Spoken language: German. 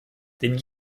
den